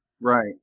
right